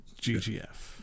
GGF